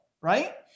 right